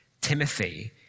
Timothy